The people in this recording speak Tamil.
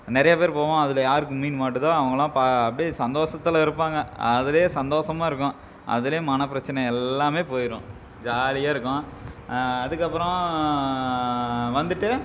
நிறைய பேர் போவோம் அதில் யாருக்கு மீன் மாட்டுதோ அவங்களாம் பா அப்படியே சந்தோஷத்துல இருப்பாங்க அதுலேயே சந்தோஷமா இருக்கும் அதுலேயே மனப் பிரச்சின எல்லாமே போயிடும் ஜாலியாக இருக்கும் அதுக்கப்புறம் வந்துட்டு